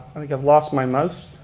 i think i've lost my mouse,